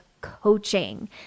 coaching